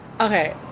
okay